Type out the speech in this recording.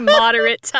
moderate